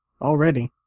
already